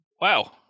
wow